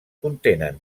contenen